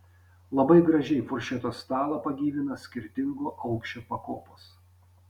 labai gražiai furšeto stalą pagyvina skirtingo aukščio pakopos